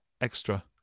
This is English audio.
extra